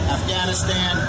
Afghanistan